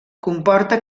comporta